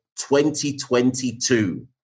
2022